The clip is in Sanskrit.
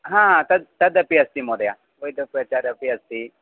हा तद् तदपि अस्ति महोदय वैद्यप्रचारः अपि अस्ति